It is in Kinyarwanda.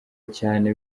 cyane